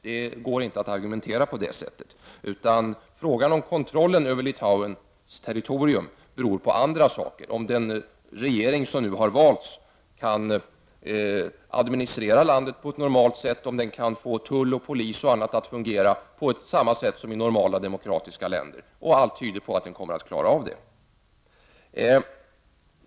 Det går inte att argumentera på det sättet. Frågan om kontrollen över Litauens territorium beror på andra saker — om den regering som nu har valts kan administrera landet på ett normalt sätt, om den kan få tull, polis, m.m. att fungera på samma sätt som i normala demokratiska länder. Och allt tyder på att den kommer att klara av det.